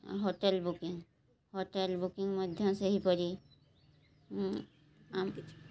hotel booking hotel booking ମଧ୍ୟ ସେହିପରି ଆମ କିଛି